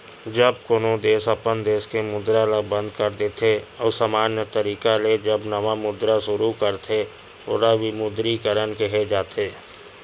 जब कोनो देस अपन देस के मुद्रा ल बंद कर देथे अउ समान्य तरिका ले जब नवा मुद्रा सुरू करथे ओला विमुद्रीकरन केहे जाथे